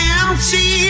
empty